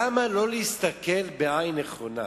למה לא להסתכל בעין נכונה?